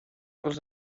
els